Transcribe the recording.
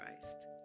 Christ